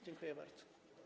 Dziękuję bardzo.